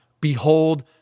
behold